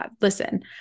listen